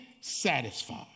satisfied